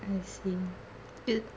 I see you